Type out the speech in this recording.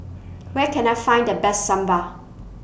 Where Can I Find The Best Sambal